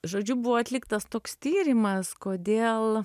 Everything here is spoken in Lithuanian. žodžiu buvo atliktas toks tyrimas kodėl